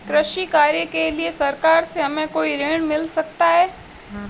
कृषि कार्य के लिए सरकार से हमें कोई ऋण मिल सकता है?